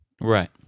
Right